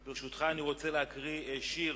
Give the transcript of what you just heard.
ברשותך, אני רוצה להקריא שיר